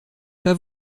pas